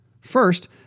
First